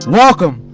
welcome